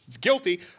Guilty